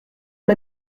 m’a